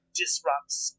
disrupts